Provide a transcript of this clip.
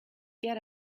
get